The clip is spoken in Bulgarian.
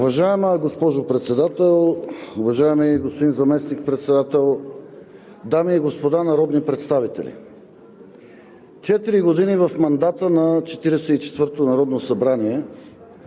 Уважаема госпожо Председател, уважаеми господин Заместник-председател, дами и господа народни представители! Четири години в мандата на 44-тото народно събрание